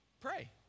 Pray